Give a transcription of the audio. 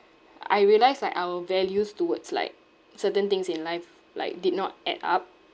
I realised like our values towards like certain things in life like did not add up